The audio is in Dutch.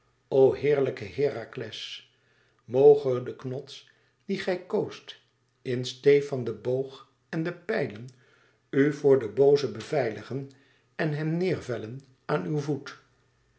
o heerlijke herakles moge de knots dien gij koost in steê van den boog en de pijlen u voor den booze beveiligen en hem neêr vellen aan uw voet